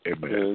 Amen